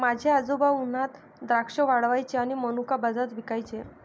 माझे आजोबा उन्हात द्राक्षे वाळवायचे आणि मनुका बाजारात विकायचे